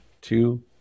two